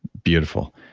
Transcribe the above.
beautiful.